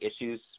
issues